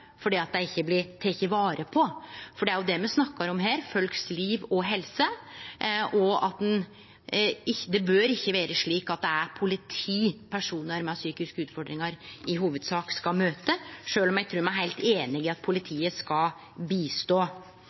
fordi dei ikkje blir tekne vare på. Det er jo det me snakkar om, folks liv og helse. Det bør ikkje vere slik at det er politi personar med psykiske utfordringar i hovudsak skal møte, sjølv om eg trur me er heilt einige om at politiet skal